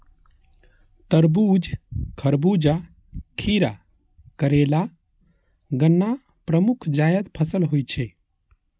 तरबूज, खरबूजा, खीरा, करेला, गन्ना प्रमुख जायद फसल होइ छै